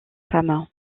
femme